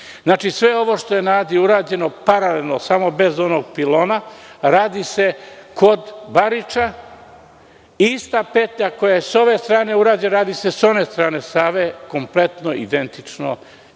tačka. Znači, sve ovo što je na Adi urađeno paralelno, samo bez onog pilona, radi se kod Bariča, ista petlja koja je sa ove strane urađena, radi se sa one strane Save kompletno, identično i jako